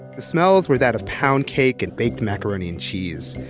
the smells were that of pound cake and baked macaroni and cheese.